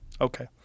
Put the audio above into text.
Okay